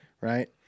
right